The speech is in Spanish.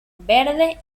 verde